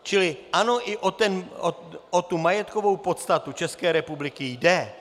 Čili ano, i o tu majetkovou podstatu České republiky jde.